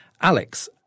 Alex